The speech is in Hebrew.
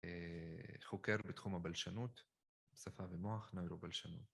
חוקר בתחום הבלשנות, שפה ומוח, נוירו-בלשנות.